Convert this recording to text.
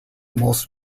most